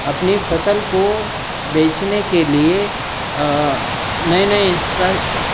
अपनी फ़सल को बेचने के लिए नए नए इन्स्प्रा